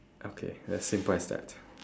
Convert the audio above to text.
okay as simple as that